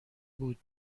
بود